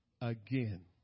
again